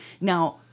Now